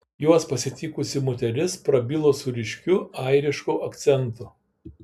juos pasitikusi moteris prabilo su ryškiu airišku akcentu